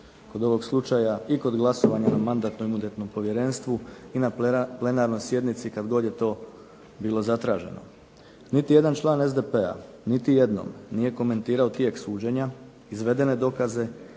kod ovog slučaja i kod glasovanja na Mandatno-imunitetnom povjerenstvu i na plenarnoj sjednici kad god je to bilo zatraženo. Niti jedan član SDP-a niti jednom nije komentirao tijek suđenja, izvedene dokaze,